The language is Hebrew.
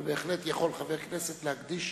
אבל בהחלט יכול חבר כנסת להקדיש